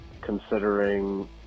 considering